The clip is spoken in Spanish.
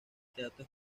teatro